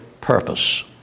purpose